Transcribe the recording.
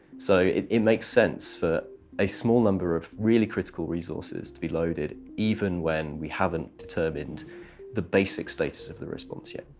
so it makes sense for a small number of really critical resources to be loaded, even when we haven't determined the basic status of the response yet.